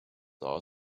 are